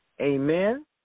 Amen